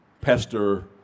pester